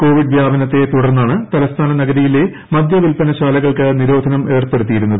Covid വ്യാപനത്തെ തുടർന്നാണ് തലസ്ഥാനനഗരിയിലെ മദ്യവിൽപ്പന ശാലകൾക്ക് നിരോധനം ഏർപ്പെടുത്തിയിരുന്നത്